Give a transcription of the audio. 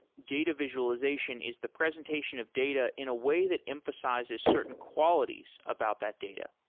data visualization is the presentation of data in a way that emphasizes certain qualities about that data.